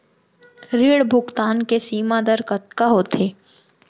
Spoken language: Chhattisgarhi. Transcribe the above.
ऋण भुगतान के सीमा दर कतका होथे?